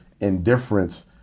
indifference